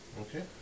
Okay